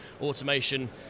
automation